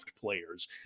players